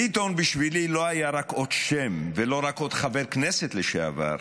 ביטון בשבילי לא היה רק עוד שם ולא רק עוד חבר כנסת לשעבר,